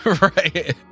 right